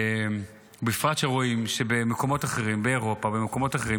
בפרט כשרואים שבמקומות אחרים באירופה ובמקומות אחרים,